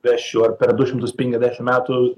vesčiau ar per du šimtus penkiasdešim metų